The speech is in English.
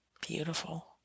Beautiful